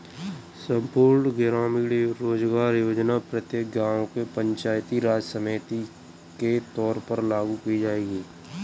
संपूर्ण ग्रामीण रोजगार योजना प्रत्येक गांव के पंचायती राज समिति के तौर पर लागू की जाएगी